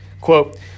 Quote